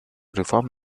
reform